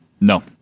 No